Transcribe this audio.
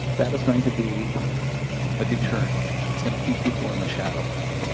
that is going to be a deterrent. it's going to keep people in the shadows.